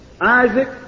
Isaac